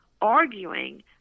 arguing